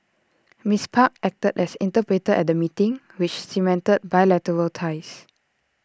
miss park acted as interpreter at the meeting which cemented bilateral ties